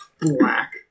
black